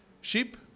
sheep